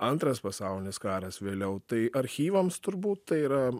antras pasaulinis karas vėliau tai archyvams turbūt tai yra